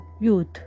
youth